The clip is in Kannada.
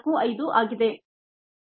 445 ಆಗಿದೆ